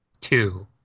two